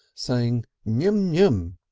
saying myum, myum,